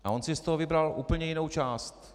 A on si z toho vybral úplně jinou část.